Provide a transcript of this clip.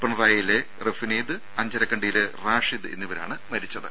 പിണറായിയിലെ റഫിനീദ് അഞ്ചരക്കണ്ടിയിലെ റാഷിദ് എന്നിവരാണ് മരിച്ചത്